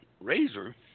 Razor